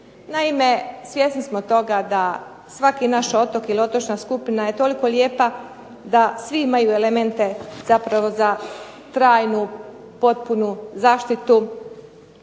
Naime, svjesni smo toga da svaki naš otok ili otočna skupina je toliko lijepa da svi imaju elemente zapravo za trajnu potpunu zaštitu.